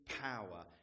power